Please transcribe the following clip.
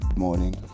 morning